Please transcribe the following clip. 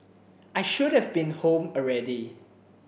I should have been home already